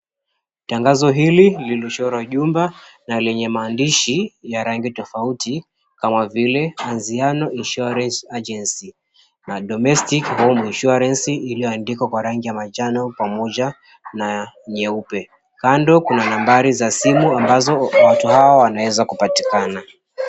Tangazo hili lililochorwa jumba na lenye maandishi ya rangi tofauti kama vile, Anziano Insurance Agency, na Domestic Home Insurance iliyoandikwa kwa rangi ya manjano pamoja na nyeupe, kando kuna nambari za simu ambazo watu hao wanaeza kupatikana.